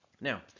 now